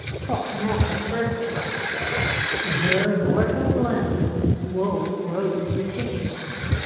talk not of earth to us in her immortal glances woe grows ridiculous.